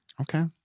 Okay